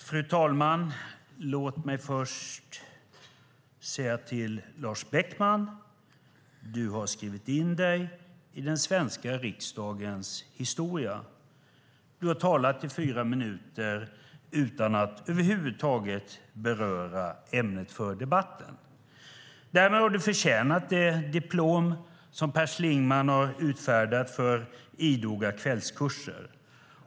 Fru talman! Låt mig först säga till Lars Beckman: Du har skrivit in dig i den svenska riksdagens historia. Du har talat i fyra minuter utan att över huvud taget beröra ämnet för debatten. Därmed har du förtjänat det diplom som Per Schlingmann har utfärdat för idoga kvällskurser.